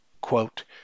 quote